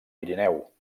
pirineu